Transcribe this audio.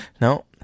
No